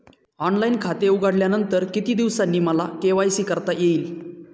Online खाते उघडल्यानंतर किती दिवसांनी मला के.वाय.सी करता येईल?